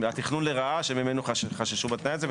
התכנון לרעה שממנו חששו בתנאי הזה.